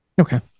Okay